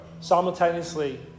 simultaneously